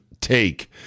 take